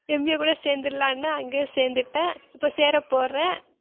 MA கூட சேர்ந்துர்லான்னு தான் அங்கேயே சேர்ந்துட்டேன் இப்போ சேரப்போகிறேன்